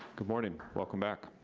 good morning, welcome back.